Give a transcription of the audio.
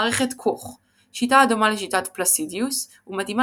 מערכת קוך - שיטה הדומה לשיטת פלסידיוס ומתאימה